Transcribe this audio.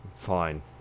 Fine